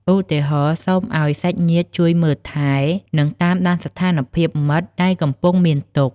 ឧទាហរណ៍៍ សូមឱ្យសាច់ញាតិជួយមើលថែ និងតាមដានស្ថានភាពមិត្តដែលកំពុងមានទុក្ខ។